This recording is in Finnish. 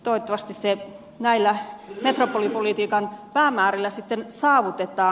toivottavasti se näillä metropolipolitiikan päämäärillä sitten saavutetaan